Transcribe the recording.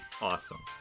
Awesome